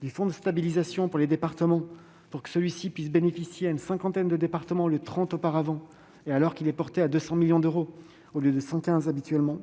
du fonds de stabilisation pour les départements, pour qu'il puisse bénéficier à une cinquantaine de départements au lieu de trente auparavant, et alors qu'il est porté à 200 millions d'euros au lieu de 115 millions habituellement.